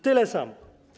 Tyle samo.